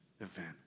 event